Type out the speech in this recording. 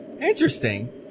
interesting